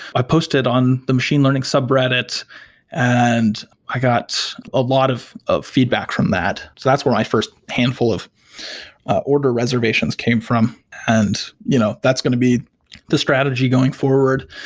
i posted on the machine learning sub reddit and i got a lot of of feedback from that. so that's where i first handful of order reservations came from, and you know that's going to be the strategy going forward,